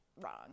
wrong